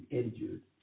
injured